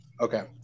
Okay